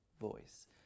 voice